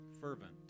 fervent